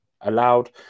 allowed